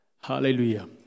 hallelujah